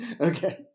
Okay